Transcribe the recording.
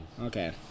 Okay